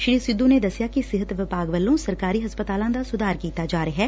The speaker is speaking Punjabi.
ਸ੍ਰੀ ਸਿੱਧੂ ਨੇ ਦਸਿਆ ਕਿ ਸਿਹਤ ਵਿਭਾਗ ਵੱਲੋ ਸਰਕਾਰੀ ਹਸਪਤਾਲਾਂ ਦਾ ਸੁਧਾਰ ਕੀਤਾ ਜਾ ਰਿਹੈ